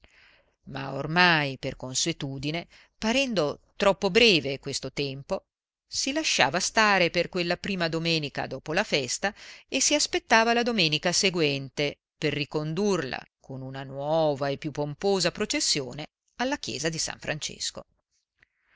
ma ormai per consuetudine parendo troppo breve questo tempo si lasciava stare per quella prima domenica dopo la festa e si aspettava la domenica seguente per ricondurla con una nuova e più pomposa processione alla chiesa di s francesco